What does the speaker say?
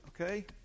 Okay